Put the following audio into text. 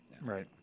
right